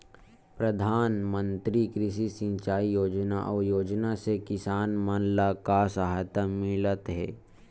प्रधान मंतरी कृषि सिंचाई योजना अउ योजना से किसान मन ला का सहायता मिलत हे?